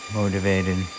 motivated